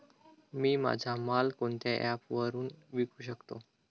मी माझा माल कोणत्या ॲप वरुन विकू शकतो?